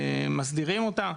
מסדירים אותה.